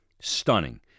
Stunning